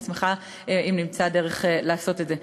אשמח אם נמצא דרך לעשות את זה.